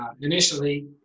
initially